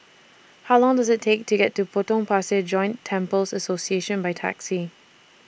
How Long Does IT Take to get to Potong Pasir Joint Temples Association By Taxi